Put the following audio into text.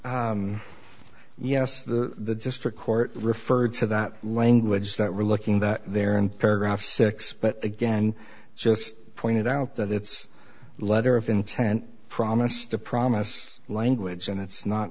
yes the district court referred to that language that we're looking that there in paragraph six but again just pointed out that it's a letter of intent promise to promise language and it's not